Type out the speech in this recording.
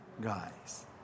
guys